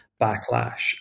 backlash